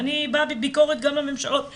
ואני באה בביקורת גם לממשלות הקודמות,